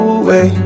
away